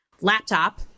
laptop